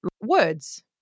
words